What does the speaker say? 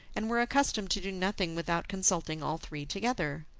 and were accustomed to do nothing without consulting all three together.